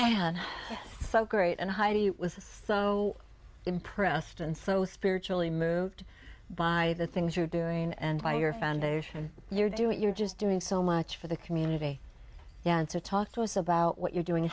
and so great and heidi was so impressed and so spiritually moved by the things you're doing and by your foundation you're doing you're just doing so much for the community and to talk to us about what you're doing